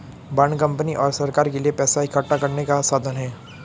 bond company और सरकार के लिए पैसा इकठ्ठा करने का साधन है